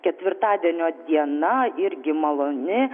ketvirtadienio diena irgi maloni